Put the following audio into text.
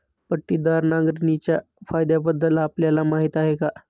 पट्टीदार नांगरणीच्या फायद्यांबद्दल आपल्याला माहिती आहे का?